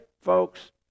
folks